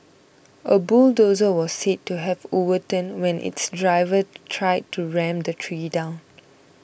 a bulldozer was said to have overturned when its driver tried to ram the tree down